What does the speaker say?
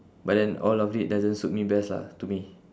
but then all of it doesn't suit me best lah to me